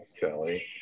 Kelly